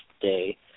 day